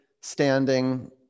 standing